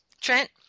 Trent